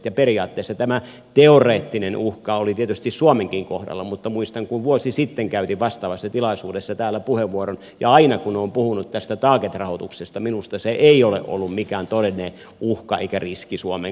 ja periaatteessa tämä teoreettinen uhka oli tietysti suomenkin kohdalla mutta muistan kun vuosi sitten käytin vastaavassa tilaisuudessa täällä puheenvuoron ja aina kun olen puhunut tästä target rahoituksesta minusta se ei ole ollut mikään todellinen uhka eikä riski suomen kannalta